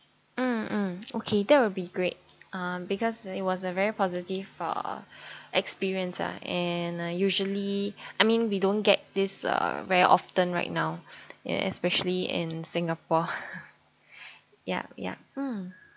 mm mm okay that will be great uh because it was a very positive uh experience ah and uh usually I mean we don't get this uh very often right now ya especially in singapore yup yup mm